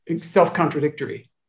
self-contradictory